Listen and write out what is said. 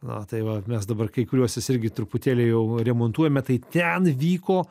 na tai va mes dabar kai kuriuos jis irgi truputėlį jau remontuojame tai ten vyko